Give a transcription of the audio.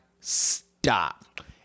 stop